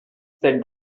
said